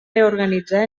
reorganitzar